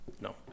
No